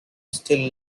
still